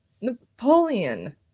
Napoleon